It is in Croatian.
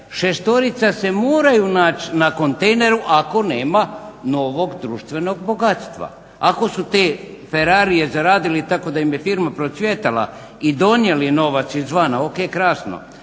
šestorica se moraju naći na kontejneru, ako nema novog društvenog bogatska. Ako su te ferrarije zaradili tako da im je firma procvjetala i donijeli novac izvana ok krasno.